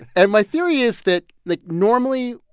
and my theory is that, like normally,